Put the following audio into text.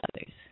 others